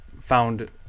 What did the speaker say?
found